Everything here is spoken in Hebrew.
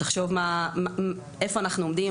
תחשוב איפה אנחנו עומדים.